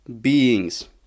beings